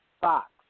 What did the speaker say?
Fox